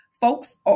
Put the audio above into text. Folks